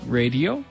radio